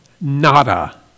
nada